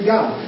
God